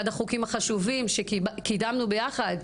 אחד החוקים החשובים שקידמנו ביחד,